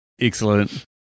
Excellent